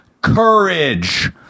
Courage